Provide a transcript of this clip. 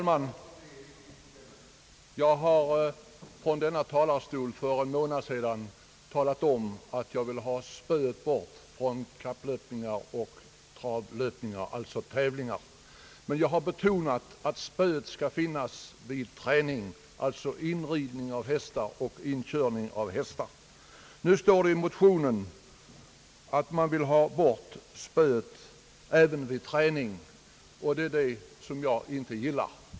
Herr talman! För en månad sedan talade jag om från denna talarstol att jag vill ha bort spö från travoch galopptävlingar, men jag betonade att spö skall få användas vid träning, alltså vid inridning och inkörning av hästar. I mo tionen krävs förbud mot spö även vid träning, och det är något som jag inte gillar.